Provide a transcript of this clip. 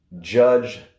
judge